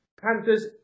Panthers